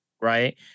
right